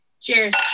Cheers